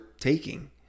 taking